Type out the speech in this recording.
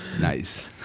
Nice